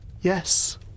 Yes